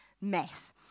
mess